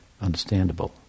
understandable